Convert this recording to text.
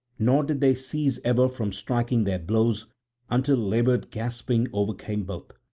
nor did they cease ever from striking their blows until laboured gasping overcame both.